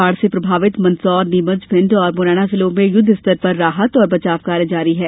बाढ़ से प्रभावित मंदसौर नीमच भिंड और मुरैना जिलों में युद्ध स्तर पर राहत और बचाव का कार्य जारी है